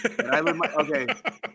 Okay